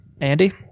Andy